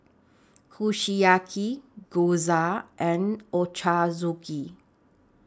Kushiyaki Gyoza and Ochazuke